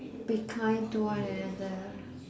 be kind to one another